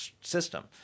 system